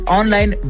online